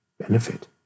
benefit